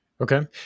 Okay